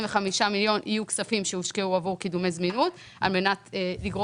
מיליון יהיו כספים שהושקעו עבור קידומי זמינות על מנת לגרום